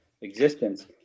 existence